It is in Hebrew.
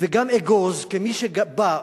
וגם "אגוז", כמי שבא,